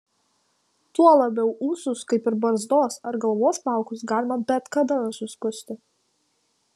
tuo labiau ūsus kaip ir barzdos ar galvos plaukus galima bet kada nusiskusti